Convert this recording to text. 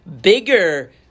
bigger